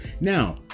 now